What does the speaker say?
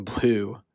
blue